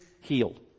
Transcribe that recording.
healed